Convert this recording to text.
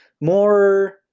More